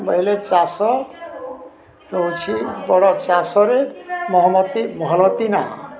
ବୋଇଲେ ଚାଷ ହେଉଛି ବଡ଼ ଚାଷରେ ମହମତି ମହମତି ନା